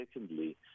secondly